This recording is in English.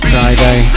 Friday